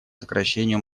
сокращению